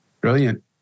Brilliant